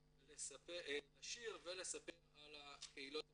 לשיר ולספר על הקהילות השונות.